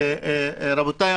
רבותיי,